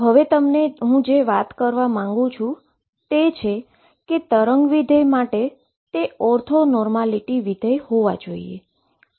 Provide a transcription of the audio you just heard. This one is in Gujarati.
તેથી પ્રથમ તે વિશે હું વાત કરવા માંગુ છું તે છે કે તરંગ વિધેય માટે તે ઓર્થો નોર્માલીટી ફંક્શન હોવા જોઈએ